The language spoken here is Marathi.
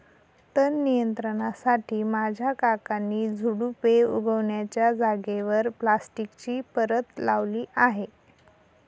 तण नियंत्रणासाठी माझ्या काकांनी झुडुपे उगण्याच्या जागेवर प्लास्टिकची परत लावली आहे